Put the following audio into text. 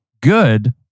Good